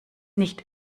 nicht